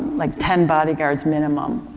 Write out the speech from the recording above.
like ten bodyguards minimum.